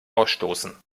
ausstoßen